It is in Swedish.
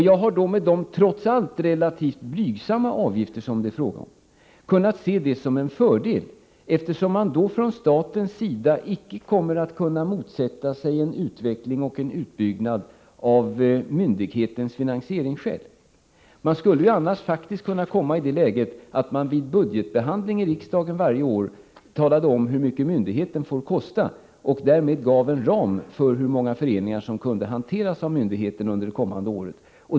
Jag har då sett de relativt blygsamma avgifter som det trots allt är fråga om som en fördel, eftersom staten — i och med att avgifter utgår — inte kan motsätta sig en utveckling och utbyggnad av myndigheten av finansieringsskäl. Vi skulle annars faktiskt kunna komma i det läget att vi vid varje budgetbehandling i riksdagen talade om hur mycket myndigheten får kosta — och därmed gav en ram för hur många föreningar som kunde hanteras av myndigheten under det därpå kommande året.